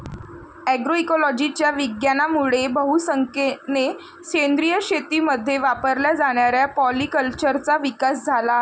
अग्रोइकोलॉजीच्या विज्ञानामुळे बहुसंख्येने सेंद्रिय शेतीमध्ये वापरल्या जाणाऱ्या पॉलीकल्चरचा विकास झाला आहे